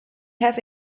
have